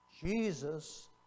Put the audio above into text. Jesus